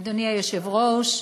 אדוני היושב-ראש,